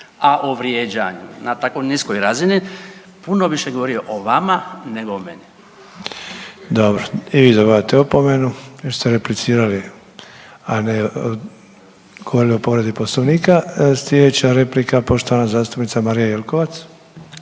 A o vrijeđanju na tako niskoj razini puno više govori o vama nego o meni. **Sanader, Ante (HDZ)** Dobro. I vi dobivate opomenu pošto ste replicirali, a ne govorili o povredi Poslovnika. Sljedeća replika poštovana zastupnica Marija Jelkovac.